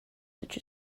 such